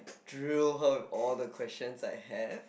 drill her with all the questions I have